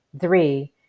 three